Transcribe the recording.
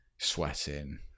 Sweating